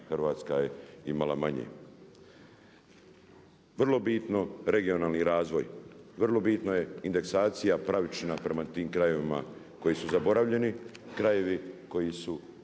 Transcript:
Hrvatska je imala manje. Vrlo bitno regionalni razvoj. Vrlo bitno je indeksacija pravična prema tim krajevima koji su zaboravljeni, krajevi koji su